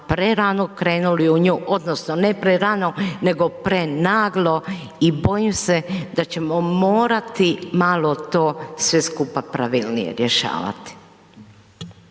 prerano krenuli u nju, odnosno, ne prerano, nego prenaglo i bojim se da ćemo morati malo to sve skupa pravilnije rješavati.